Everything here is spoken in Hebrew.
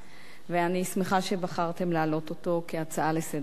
ואני שמחה שבחרתם להעלות אותו כהצעה לסדר-יומה של הכנסת.